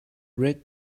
wreck